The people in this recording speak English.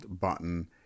button